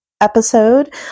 episode